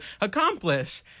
accomplish